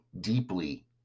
deeply